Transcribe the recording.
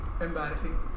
embarrassing